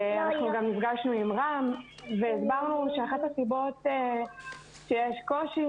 אנחנו גם נפגשנו עם רם והסברנו שאחת הסיבות שיש קושי